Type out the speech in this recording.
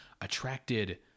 attracted